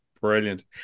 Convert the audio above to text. brilliant